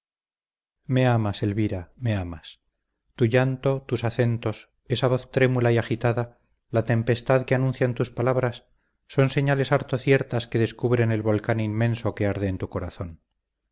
me amas elvira me amas tu llanto tus acentos esa voz trémula y agitada la tempestad que anuncian tus palabras son señales harto ciertas que descubren el volcán inmenso que arde en tu corazón